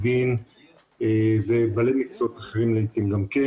דין ובעלי מקצועות אחרים לעתים גם כן.